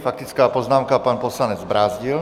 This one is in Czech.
Faktická poznámka, pan poslanec Brázdil.